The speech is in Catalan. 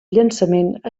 llançament